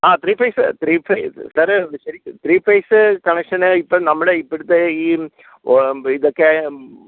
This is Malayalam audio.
ആ ത്രീ ഫേസ് ത്രീ ഫേസ് സാറേ ശെരിക്കും ത്രീ ഫേസ് കണക്ഷന് ഇപ്പം നമ്മുടെ ഇപ്പഴത്തെ ഈ വേം ഇതൊക്കെ